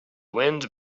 wind